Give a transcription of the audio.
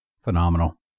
phenomenal